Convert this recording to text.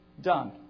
done